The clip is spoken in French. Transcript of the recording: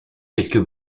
quelques